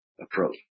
approach